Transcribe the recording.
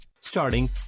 Starting